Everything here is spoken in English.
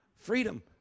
freedom